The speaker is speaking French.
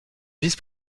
vice